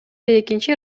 экинчи